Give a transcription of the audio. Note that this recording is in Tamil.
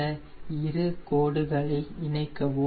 இந்த இரு கோடுகளை இணைக்கவும்